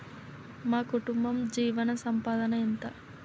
మా కుటుంబ జీవన సంపాదన ఎంత?